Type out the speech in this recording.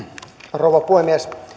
rouva puhemies